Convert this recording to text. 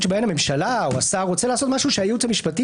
שבהן הממשלה או השר רוצים לעשות משהו שהייעוץ המשפטי